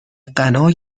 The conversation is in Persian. غنا